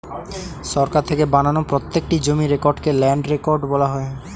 সরকার থেকে বানানো প্রত্যেকটি জমির রেকর্ডকে ল্যান্ড রেকর্ড বলা হয়